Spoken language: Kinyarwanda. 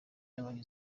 yabonye